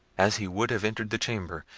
as he would have entered the chamber,